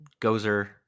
gozer